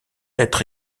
être